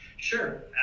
Sure